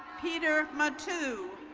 peter matu.